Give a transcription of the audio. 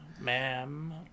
Ma'am